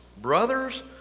brothers